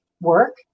work